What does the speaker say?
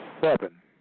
seven